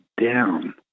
down